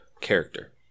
character